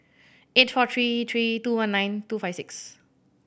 eight four three three two one nine two five six